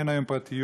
אין כיום פרטיות,